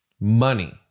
money